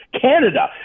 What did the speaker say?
canada